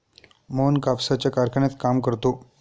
मोहन कापसाच्या कारखान्यात काम करतो